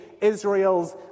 israel's